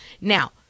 Now